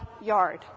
yard